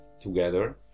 together